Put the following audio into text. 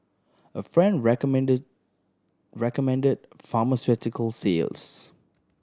a friend recommended recommended pharmaceutical sales